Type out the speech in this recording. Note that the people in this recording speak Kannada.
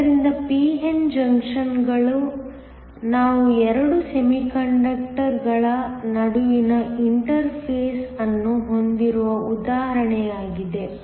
ಆದ್ದರಿಂದ p n ಜಂಕ್ಷನ್ ಗಳು ನಾವು 2 ಸೆಮಿಕಂಡಕ್ಟರ್ಗಳ ನಡುವಿನ ಇಂಟರ್ಫೇಸ್ ಅನ್ನು ಹೊಂದಿರುವ ಉದಾಹರಣೆಯಾಗಿದೆ